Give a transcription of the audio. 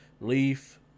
Leaf